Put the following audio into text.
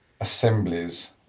assemblies